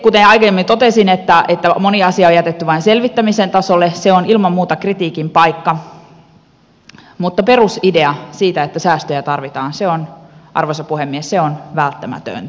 kuten aiemmin totesin että moni asia on jätetty vain selvittämisen tasolle se on ilman muuta kritiikin paikka mutta perusidea siitä että säästöjä tarvitaan se on arvoisa puhemies välttämätöntä